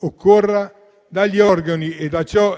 occorra, dagli organi a ciò